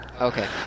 Okay